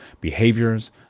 behaviors